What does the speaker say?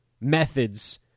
methods